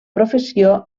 professió